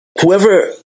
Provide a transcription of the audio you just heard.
whoever